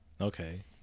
Okay